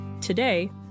Today